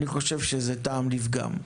אני חושב שזה טעם לפגם.